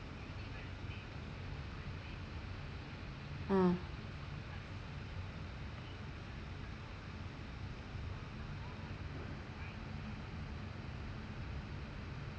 uh